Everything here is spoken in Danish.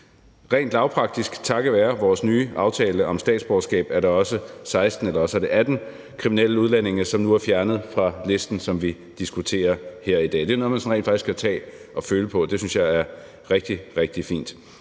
Rent lavpraktisk takket være vores nye aftale om statsborgerskab er der også 16, eller også er det 18, kriminelle udlændinge, som nu er fjernet fra listen, som vi diskuterer her i dag. Det er noget, man sådan rent faktisk kan tage og føle på, og det synes jeg er rigtig, rigtig fint.